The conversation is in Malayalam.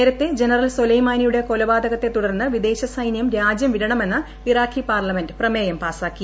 നേരത്തെ ജനറൽ സൊര്ര്ല്പ്മാനിയുടെ കൊലപാതകത്തെ തുടർന്ന് വിദേശ സൈനൃം രാജ്യം പ്പിട്ണമെന്ന് ഇറാഖി പാർലമെന്റ് പ്രമേയം പാസാക്കി